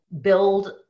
build